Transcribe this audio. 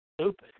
Stupid